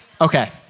Okay